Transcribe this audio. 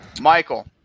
Michael